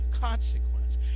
consequence